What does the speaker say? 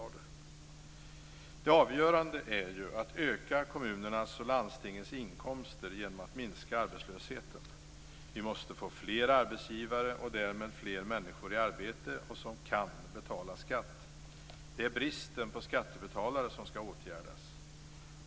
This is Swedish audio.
Det avgörande är ju att öka kommunernas och landstingens inkomster genom att minska arbetslösheten. Vi måste få fler arbetsgivare och därmed fler människor i arbete som kan betala skatt. Det är bristen på skattebetalare som skall åtgärdas.